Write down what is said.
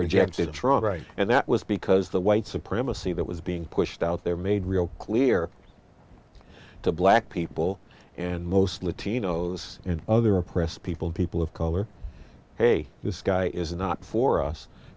rejected it's wrong right and that was because the white supremacy that was being pushed out there made real clear to black people and most latino's and other oppressed people people of color hey this guy is not for us